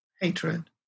hatred